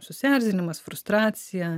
susierzinimas frustracija